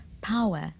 power